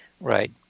Right